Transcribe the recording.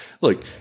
Look